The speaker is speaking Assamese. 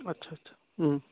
আচ্ছা আচ্ছা